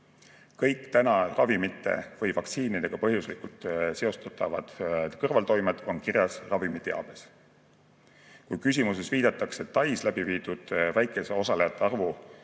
Kõik ravimite või vaktsiinidega põhjuslikult seostatavad kõrvaltoimed on kirjas ravimiteabes. Küsimuses viidatakse Tais läbiviidud väikese osalejate arvu